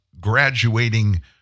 graduating